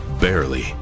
barely